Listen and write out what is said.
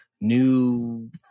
new